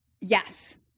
yes